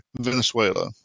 Venezuela